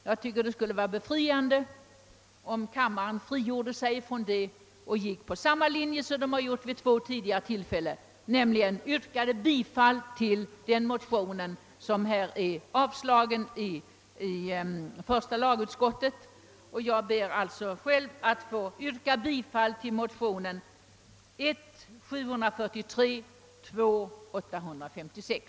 Jag tycker att det skulle vara befriande om kammaren nu frigjorde sig från detta och gick på samma linje som den har gjort vid två tidigare tillfällen och beslöt om bifall till den motion, som avstyrkts av första lagutskottet. Jag ber alltså att få yrka bifall till motionerna I1:743 och I1:856.